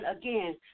again